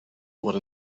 what